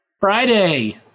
Friday